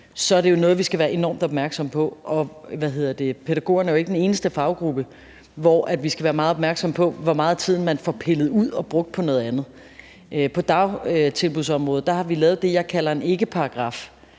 så er det jo noget, vi skal være enormt opmærksomme på. Pædagogerne er jo ikke den eneste faggruppe, hvor vi skal være meget opmærksomme på, hvor meget af tiden man får pillet ud og brugt på noget andet. På dagtilbudsområdet har vi lavet det, jeg kalder en ikkeparagraf.